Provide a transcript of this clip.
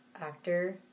actor